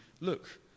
look